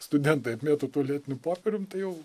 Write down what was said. studentai apmėto tualetiniu popierium tai jau